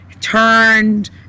turned